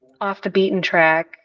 off-the-beaten-track